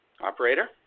Operator